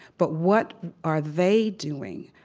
but, what are they doing?